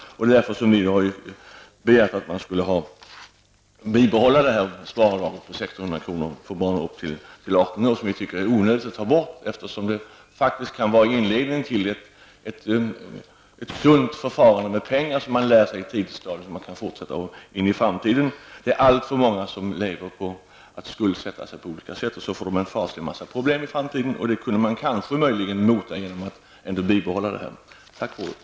Därför har vi begärt att sparavdraget på 1 600 kr. för barn upp till 18 år skall behållas. Vi tycker att det är onödigt att ta bort det eftersom det kan vara inledningen till ett sunt förfarande med pengar för ungdomar som de kan ha nytta av i framtiden. Det är alltför många som skuldsätter sig på olika sätt, och sedan får de en mängd problem i framtiden. Detta kan man möjligen förhindra genom att bibehålla det här sparavdraget.